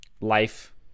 life